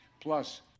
plus